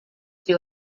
due